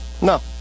No